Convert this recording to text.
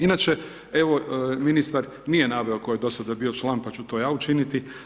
Inače, evo, ministar nije naveo tko je do sada bio član, pa ću to ja učiniti.